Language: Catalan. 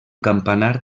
campanar